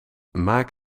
maak